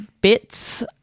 bits